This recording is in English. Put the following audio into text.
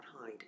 hide